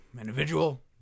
individual